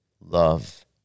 love